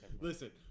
listen